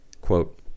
Quote